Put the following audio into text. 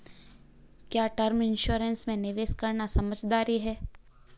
क्या term insurance में निवेश करना समझदारी है?